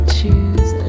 choose